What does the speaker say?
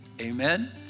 amen